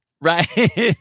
Right